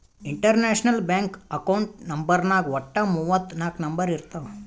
international bank account ನಂಬರ್ನಾಗ್ ವಟ್ಟ ಮೂವತ್ ನಾಕ್ ನಂಬರ್ ಇರ್ತಾವ್